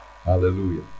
Hallelujah